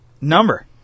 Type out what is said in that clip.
number